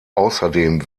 außerdem